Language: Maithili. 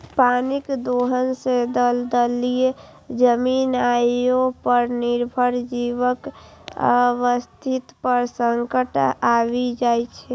पानिक दोहन सं दलदली जमीन आ ओय पर निर्भर जीवक अस्तित्व पर संकट आबि जाइ छै